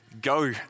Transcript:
Go